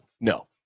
No